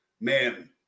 man